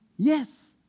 Yes